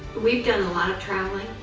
we've done a lot of traveling.